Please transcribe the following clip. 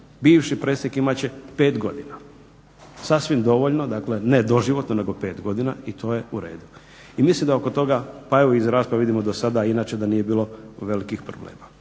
bivši predsjednik imat će 5 godina. Sasvim dovoljno, dakle ne doživotno nego 5 godina. I to je u redu. I mislim da oko toga, pa evo i iz rasprave vidimo dosada inače da nije bilo velikih problema.